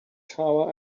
tower